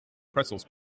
pretzels